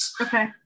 Okay